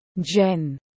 Jen